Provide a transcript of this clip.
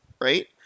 right